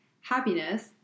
happiness